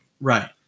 Right